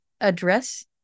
address